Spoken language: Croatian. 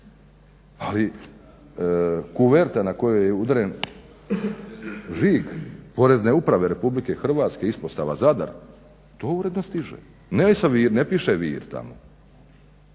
Ali, kuverta na kojoj je udaren žig Porezne uprave RH, Ispostava Zadar, to uredno stiže. Ne piše Vir tamo.